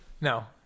no